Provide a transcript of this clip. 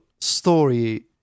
story